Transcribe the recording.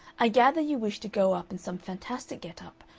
i gather you wish to go up in some fantastic get-up,